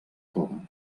cova